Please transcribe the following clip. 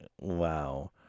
Wow